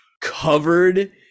covered